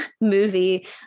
movie